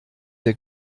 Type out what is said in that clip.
der